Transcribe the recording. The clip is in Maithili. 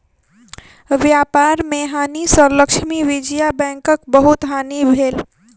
व्यापार में हानि सँ लक्ष्मी विजया बैंकक बहुत हानि भेल